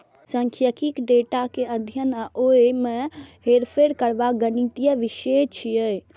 सांख्यिकी डेटा के अध्ययन आ ओय मे हेरफेर करबाक गणितीय विषय छियै